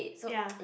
ya